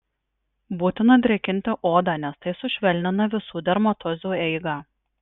būtina drėkinti odą nes tai sušvelnina visų dermatozių eigą